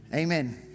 amen